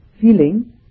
feeling